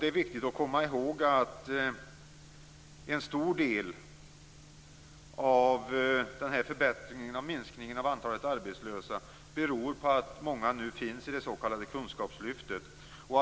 Det är viktigt att komma ihåg att en stor del av minskningen av antalet arbetslösa beror på att många nu finns i det s.k. kunskapslyftet.